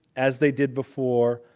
as they did before,